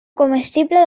comestible